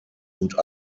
und